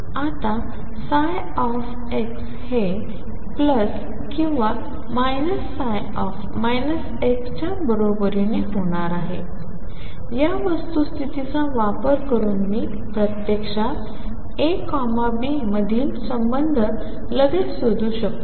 आता ψ हे किंवा ψ च्या बरोबरीने होणार आहे या वस्तुस्थितीचा वापर करून मी प्रत्यक्षात A B मधील संबंध लगेच शोधू शकतो